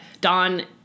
Don